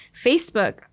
Facebook